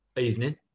evening